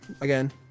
Again